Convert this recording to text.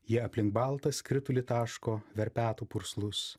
jie aplink baltą skritulį taško verpetų purslus